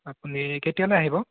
আপুনি কেতিয়ালৈ আহিব